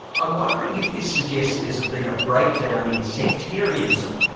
i'm wondering if this suggests there's been a breakdown in sectarianism,